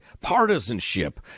partisanship